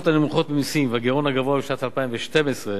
הנמוכות ממסים והגירעון הגבוה בשנת 2012,